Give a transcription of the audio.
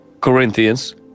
Corinthians